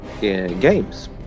games